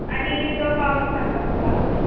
आनी तो पावस नाका तर तुका